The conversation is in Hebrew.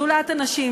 שדולת הנשים,